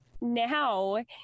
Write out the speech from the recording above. now